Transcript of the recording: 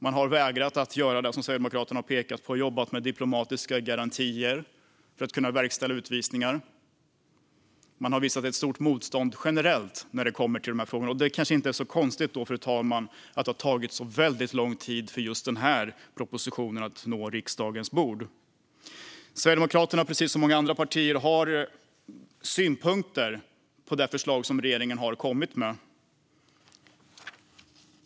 Man har vägrat att göra det som Sverigedemokraterna har pekat på, såsom att jobba med diplomatiska garantier för att kunna verkställa utvisningar. Man har visat ett stort motstånd generellt när det kommer till dessa frågor. Då är det kanske inte så konstigt, fru talman, att det har tagit så lång tid för just denna proposition att nå riksdagens bord. Sverigedemokraterna har precis som många andra partier synpunkter på det förslag som regeringen har kommit med.